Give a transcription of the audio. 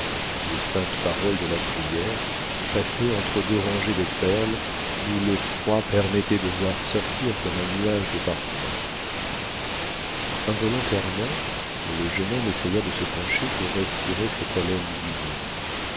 les saintes paroles de la prière passaient entre deux rangées de perles d'où le froid permettait de voir sortir comme un nuage de parfums involontairement le jeune homme essaya de se pencher pour respirer cette haleine divine